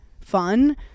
fun